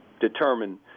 determine